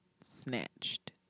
snatched